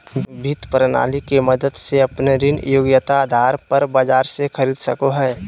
वित्त प्रणाली के मदद से अपने ऋण योग्यता आधार पर बाजार से खरीद सको हइ